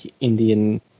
Indian